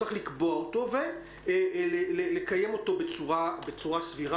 צריך לקבוע אותו ולקיים אותו בצורה סבירה,